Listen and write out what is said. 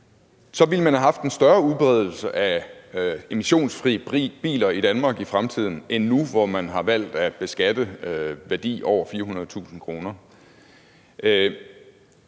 så ville man have haft en større udbredelse af emissionsfrie biler i Danmark i fremtiden end nu, hvor man har valgt at beskatte værdi over 400.000 kr.